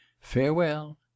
Farewell